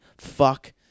fuck